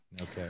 Okay